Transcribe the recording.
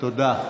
תודה.